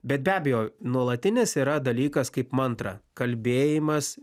bet be abejo nuolatinis yra dalykas kaip mantra kalbėjimas